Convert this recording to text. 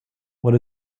what